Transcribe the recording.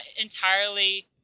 entirely